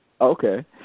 Okay